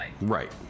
Right